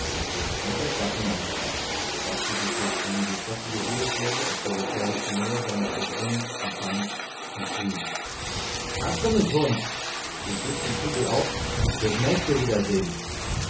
santer gab den angriff auf brachte sich durch einige kräftige ruderschläge aus der gefährlichen nähe seines ergrimmten feindes und schrie hast du mich hund ich heb die kugel auf fürs nächste wiedersehen